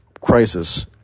crisis